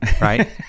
right